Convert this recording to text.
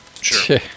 Sure